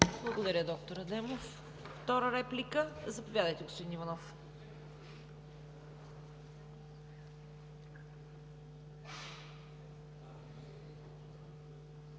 Благодаря, доктор Адемов. Втора реплика? Заповядайте, господин Иванов.